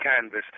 canvas